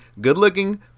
good-looking